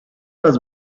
las